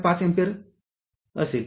५ ampere असेल